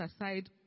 aside